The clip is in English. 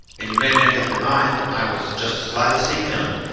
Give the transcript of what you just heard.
and you may make up your mind i was just as glad to see him,